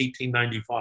1895